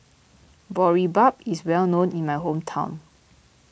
Boribap is well known in my hometown